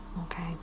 Okay